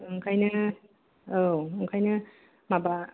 ओंखायनो औ ओंखायनो माबा